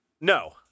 No